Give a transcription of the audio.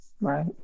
Right